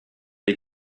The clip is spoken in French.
les